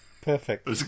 Perfect